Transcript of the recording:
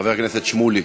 חבר הכנסת שמולי,